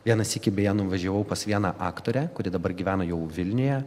vieną sykį beje nuvažiavau pas vieną aktorę kuri dabar gyvena jau vilniuje